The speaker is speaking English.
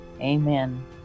Amen